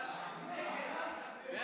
ההצעה להעביר את הצעת חוק הביטוח הלאומי (תיקון,